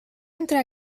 entre